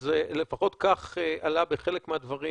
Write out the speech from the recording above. אז לפחות כך עלה בחלק מהדברים,